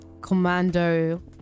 commando